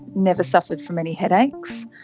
never suffered from any headaches.